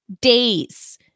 days